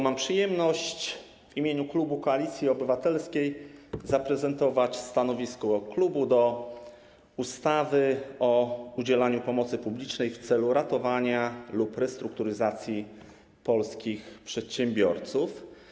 Mam przyjemność w imieniu klubu Koalicji Obywatelskiej zaprezentować stanowisko klubu wobec ustawy o udzielaniu pomocy publicznej w celu ratowania lub restrukturyzacji polskich przedsiębiorców.